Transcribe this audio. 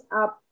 up